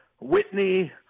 Whitney